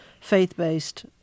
faith-based